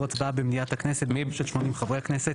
הצבעה במליאת הכנסת של 80 חברי הכנסת'.